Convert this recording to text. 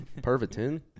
Pervitin